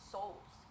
Souls